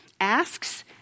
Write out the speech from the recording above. asks